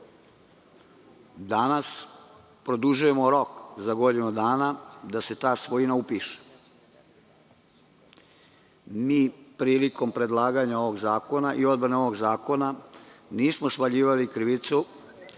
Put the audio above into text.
produžujemo rok za godinu dana da se ta svojina upiše. Ni prilikom predlaganja i odbrane ovog zakona nismo svaljivali krivicu